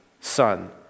son